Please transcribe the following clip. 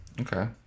okay